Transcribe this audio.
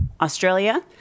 Australia